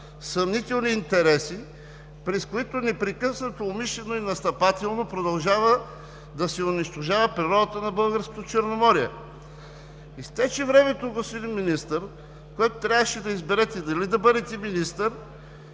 съмнителни интереси, през които непрекъснато умишлено и настъпателно продължава да се унищожава природата на Българското Черноморие. Изтече времето, господин Министър, в което трябваше да изберете дали да бъдете министър